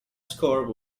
score